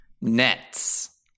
Nets